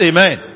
Amen